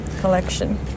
collection